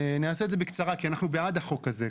אני אעשה את זה בקצרה, כי אנחנו בעד החוק הזה.